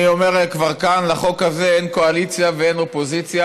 אני כבר אומר כאן: לחוק הזה אין קואליציה ואין אופוזיציה.